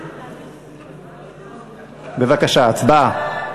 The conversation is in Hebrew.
בבקשה, הצבעה.